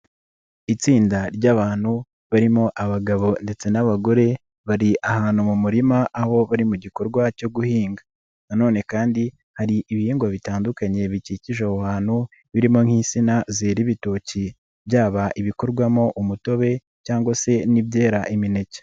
Itsinda ry'abantu barimo abagabo ndetse n'abagore bari ahantu mu murima aho bari mu gikorwa cyo guhinga nanone kandi hari ibihingwa bitandukanye bikikije aho hantu birimo nk'insina zera ibitoki byaba ibikorwamo umutobe cyangwa se n'ibyera imineke.